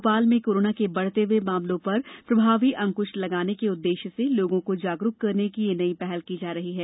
भोपाल में कोरोना के बढ़ते हए मामलों पर प्रभावी अंकृश लगाने के उद्देश्य से लोगों को जागरूक करने की यह नई पहल की जा रही है